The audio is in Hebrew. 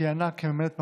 שכיהנה כממלאת מקום,